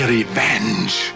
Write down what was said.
revenge